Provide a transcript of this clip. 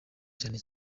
cyane